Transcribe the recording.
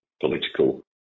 political